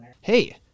Hey